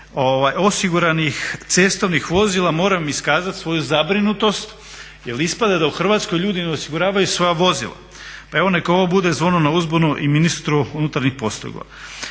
osiguranih cestovnih vozila moram iskazati svoju zabrinutost jer ispada da u Hrvatskoj ljudi ne osiguravaju svoja vozila. Pa evo neka ovo bude zvono na uzbunu i ministru unutarnjih poslova.